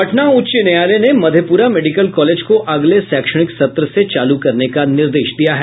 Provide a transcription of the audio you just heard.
पटना उच्च न्यायालय ने मधेपुरा मेडिकल कॉलेज को अगले शैक्षणिक सत्र से चालू करने का निर्देश दिया है